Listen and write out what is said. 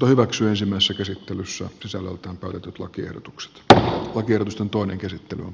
päätettiin ensimmäisessä käsittelyssä sisällöltään tutut lakiehdotukset vr on tiedotus on toinen käsittely on